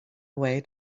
way